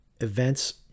events